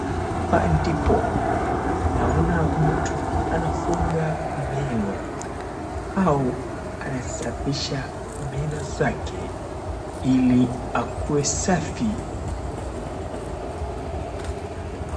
Hapa ndipo naona mtu anafunga meno au anasafisha meno zake ili akuwe safi.